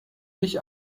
dich